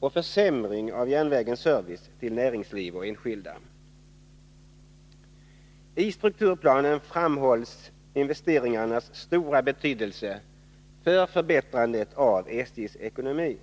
och försämring av järnvägens service till näringsliv och enskilda. I strukturplanen framhålls investeringarnas stora betydelse för förbättrandet av SJ:s ekonomi.